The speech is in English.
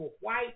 white